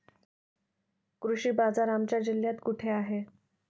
कृषी बाजार आमच्या जिल्ह्यात कुठे आहे?